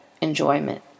enjoyment